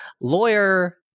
Lawyer